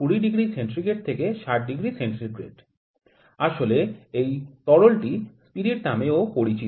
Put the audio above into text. আসলে এই তরলটি স্পিরিট নামেও পরিচিত